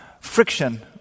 friction